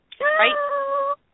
Right